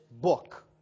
book